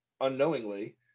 unknowingly